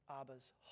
abba's